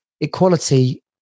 equality